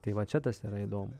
tai va čia tas yra įdomu